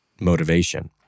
motivation